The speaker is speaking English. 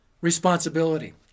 responsibility